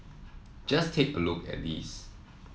just take a look at these